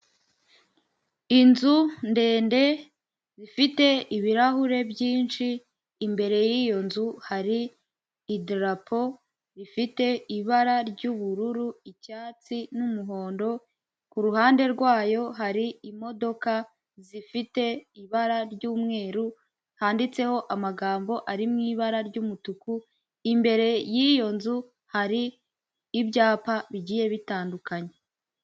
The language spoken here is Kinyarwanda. Inzu ndende zifite ibirahure byinshi imbere y'iyo nzu hari idarapo ifite ibara ry'ubururu icyatsi n'umuhondo, kuruhande rwayo hari imodoka zifite ibara ry'umweru handitseho amagambo ari mu ibara ry'umutuku, imbere y'iyo nzu hari ibyapa bigiye bitandukanye.